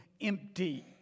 empty